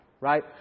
right